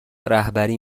رهبری